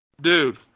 Dude